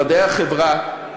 במדעי החברה,